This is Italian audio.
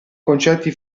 concetti